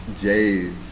J's